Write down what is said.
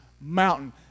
mountain